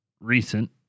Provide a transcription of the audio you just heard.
recent